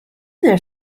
their